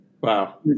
Wow